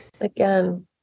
Again